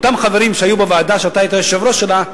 אותם חברים שהיו בוועדה שאתה היית היושב-ראש שלה,